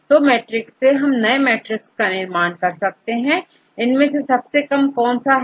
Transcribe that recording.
तो मैट्रिक्स से हम नए मैट्रिक्स का निर्माण करेंगे इनमें से सबसे कम कौन सा है